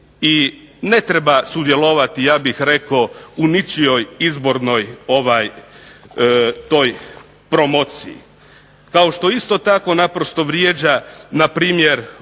i ne treba sudjelovati ja bih rekao u ničijoj izbornoj toj promociji. Kao što isto tako naprosto vrijeđa npr.